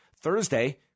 Thursday